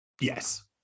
yes